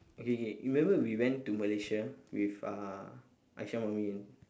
okay okay remember we went to malaysia with uh aisha mermin